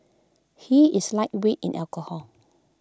he is lightweight in alcohol